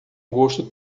gosto